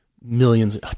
millions